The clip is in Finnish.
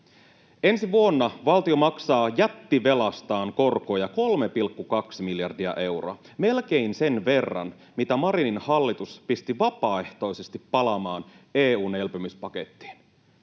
Ensi vuonna valtio maksaa jättivelastaan korkoja 3,2 miljardia euroa, melkein sen verran, mitä Marinin hallitus pisti vapaaehtoisesti palamaan EU:n elpymispakettiin.